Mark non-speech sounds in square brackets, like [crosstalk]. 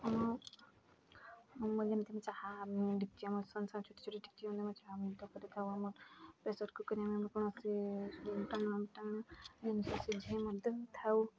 ଆମ ଯେମିତି ଚାହା ଆମେ [unintelligible] ମଧ୍ୟ କରିଥାଉ ଆମ ପ୍ରେସର୍ କୁକର୍ ଆମେ କୌଣସି ସିଝେଇ ମଧ୍ୟ ଥାଉ